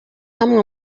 hamwe